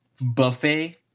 Buffet